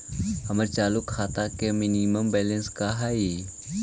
हमर चालू खाता के मिनिमम बैलेंस का हई?